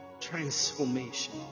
transformation